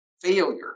failure